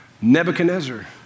Nebuchadnezzar